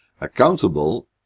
Accountable